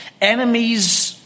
Enemies